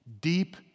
deep